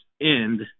end